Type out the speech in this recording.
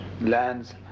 lands